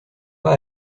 pas